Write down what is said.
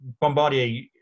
Bombardier